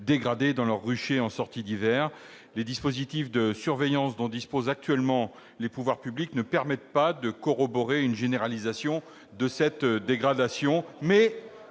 dégradée dans leurs ruchers en sortie d'hiver. Les mécanismes de surveillance dont disposent actuellement les pouvoirs publics ne permettent pas de corroborer une généralisation de cette dégradation.